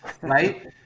right